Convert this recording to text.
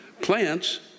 Plants